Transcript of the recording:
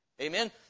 Amen